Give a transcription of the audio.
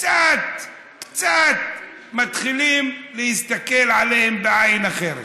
קצת קצת מתחילים להסתכל עליהם בעין אחרת.